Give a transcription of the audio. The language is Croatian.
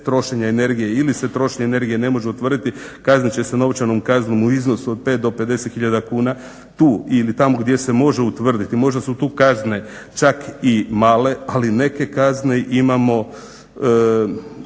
trošenja energije ili se trošenje energije ne može utvrditi kaznit će se novčanom kaznom u iznosu od 5 do 50 hiljada kuna. Tu ili tamo gdje se može utvrditi možda su tu kazne čak i male ali neke kazne imamo